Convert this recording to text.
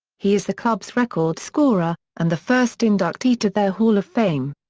he is the club's record scorer, and the first inductee to their hall of fame.